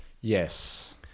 Yes